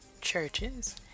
churches